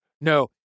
No